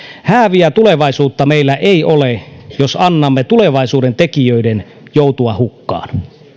hääviä tulevaisuutta meillä ei ole jos annamme tulevaisuuden tekijöiden joutua hukkaan